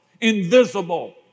invisible